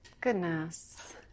Goodness